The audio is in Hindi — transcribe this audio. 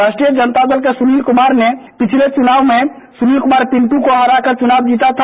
राष्ट्रीय जनता दल के सुनील कुमार ने पिछले चुनाव में सुनील कुमार पिंटू को हराकर चुनाव जीता था